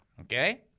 Okay